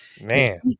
man